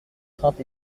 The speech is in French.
crainte